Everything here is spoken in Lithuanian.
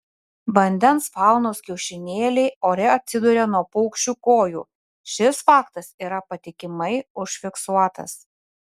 vandens faunos kiaušinėliai ore atsiduria nuo paukščių kojų šis faktas yra patikimai užfiksuotas